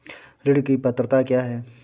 ऋण की पात्रता क्या है?